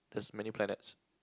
there's many planets